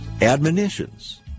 admonitions